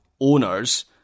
owners